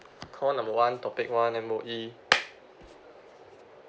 call number one topic one M_O_E